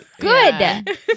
Good